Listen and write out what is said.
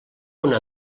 una